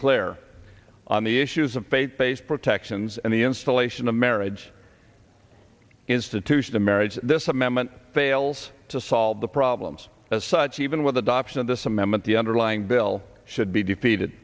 clear on the issues of faith based protections and the installation of marriage institution a marriage this amendment fails to solve the problems as such even with adoption of this amendment the underlying bill should be defeated